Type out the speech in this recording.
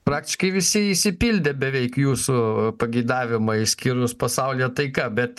praktiškai visi išsipildė beveik jūsų pageidavimą išskyrus pasaulio taika bet